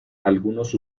algunos